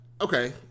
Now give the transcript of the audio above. Okay